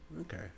Okay